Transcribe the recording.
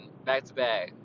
back-to-back